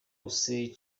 hussein